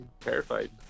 terrified